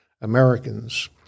Americans